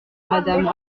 madame